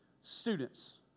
students